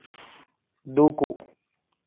దూకు